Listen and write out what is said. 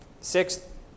Sixth